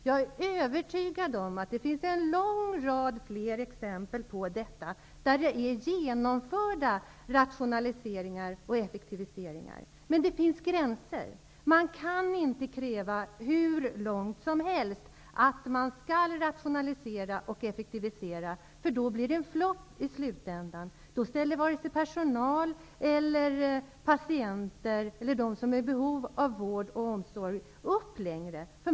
Jag är övertygad om att det finns en lång rad fler exempel på genomförda rationaliseringar och effektiviseringar. Men det finns gränser. Det går inte att kräva hur mycket rationaliseringar och effektiviseringar som helst. Då blir det en flopp i slutändan. Då ställer inte vare sig personal, patienter eller andra som är i behov av vård och omsorg upp längre.